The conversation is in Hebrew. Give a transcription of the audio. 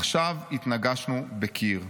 עכשיו התנגשנו בקיר.